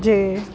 जे